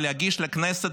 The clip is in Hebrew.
ולהגיש לכנסת,